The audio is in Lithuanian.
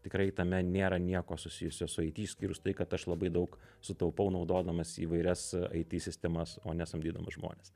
tikrai tame nėra nieko susijusio su it išskyrus tai kad aš labai daug sutaupau naudodamas įvairias it sistemas o ne samdydamas žmones